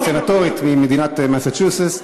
סנטורית ממדינת מסצ'וסס.